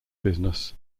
business